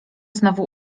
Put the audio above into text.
znowu